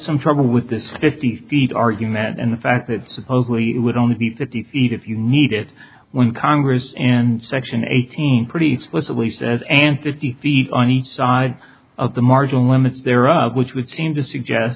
some trouble with this fifty feet argument and the fact that supposedly it would only be fifty feet if you need it when congress and section eighteen pretty explicitly says and fifty feet on each side of the margin limits there of which would seem to suggest